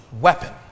weapon